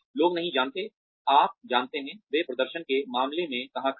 लोग नहीं जानते आप जानते हैं वे प्रदर्शन के मामले में कहां खड़े हैं